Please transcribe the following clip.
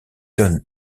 donne